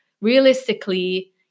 realistically